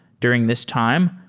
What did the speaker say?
during this time,